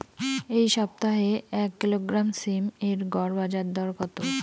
এই সপ্তাহে এক কিলোগ্রাম সীম এর গড় বাজার দর কত?